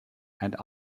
and